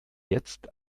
jetzt